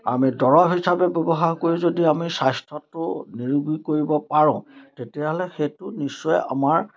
আমি দৰব হিচাপে ব্যৱহাৰ কৰি যদি আমি স্বাস্থ্যটো নিৰোগী কৰিব পাৰোঁ তেতিয়াহ'লে সেইটো নিশ্চয় আমাৰ